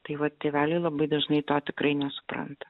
tai va tėveliai labai dažnai to tikrai nesupranta